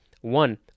One